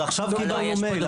אבל עכשיו קיבלנו מייל,